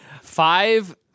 five